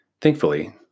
Thankfully